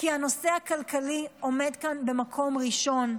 כי הנושא הכלכלי עומד כאן במקום הראשון,